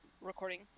recording